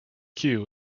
cue